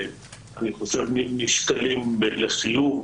אני חושב נשקלים לחיוב.